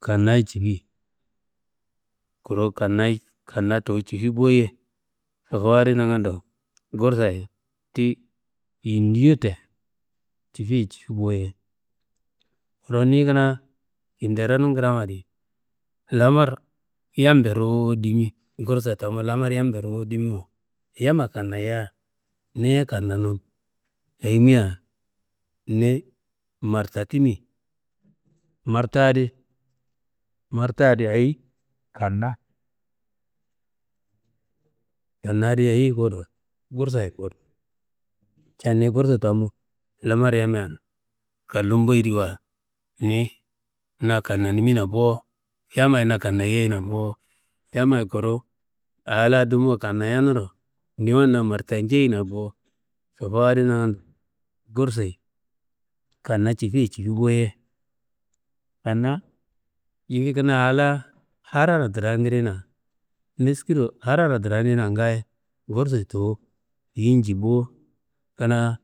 kannaye cifi, kuru kanna tuwu cifiboye. Sofowu adi nangando, gursayi ti indiye te cifi ye cifi bo- ye. Kuru niyi kanaa kideronum kramadi, lamar yambe ruwu dimi, gursa tamu lamaryambe ruwu dimiwa, yamma kannayaa niye kannanum, ayime, niyi martatimi martadi martadi ayi kanna, kanna ayi kuwudo gursayi kuwudo. Ca niyi gursu tamu lamar yammben gallumboyediwa, niyi na kananimina bo, yammaye na kannayei na bo. Yamayi kuru alaa dumu kannayenuro niwa na martanjeina bo. Sobowu adi nangando, gursiyi kanna cif- ye cifi bo- ye. Kanna jili kanaa alaa hararo trandirina nakiro hararo trandirina ngaayo, gursuyi tuwi inji bo kanaa.